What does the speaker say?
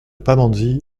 pamandzi